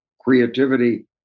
creativity